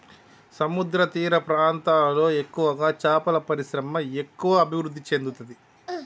సముద్రతీర ప్రాంతాలలో ఎక్కువగా చేపల పరిశ్రమ ఎక్కువ అభివృద్ధి చెందుతది